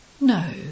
No